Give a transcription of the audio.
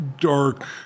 dark